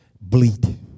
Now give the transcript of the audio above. bleed